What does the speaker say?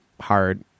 hard